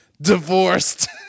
DIVORCED